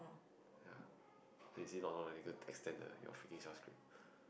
ya they see not long then go extend your freaking